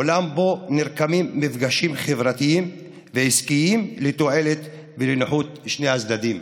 בעולם שבו נרקמים מפגשים חברתיים ועסקיים לתועלת ולנוחות שני הצדדים.